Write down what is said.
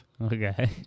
Okay